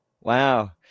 Wow